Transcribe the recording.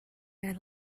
your